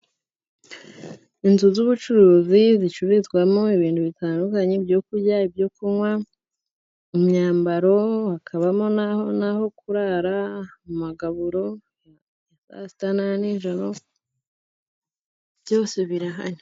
Inzu z'ubucuruzi zicururizwamo ibintu bitandukanye byo kurya, ibyo kunywa , imyambaro, hakabamo n'aho kurara, amagaburo ya saa sita n'aya nijoro. Byose birahari.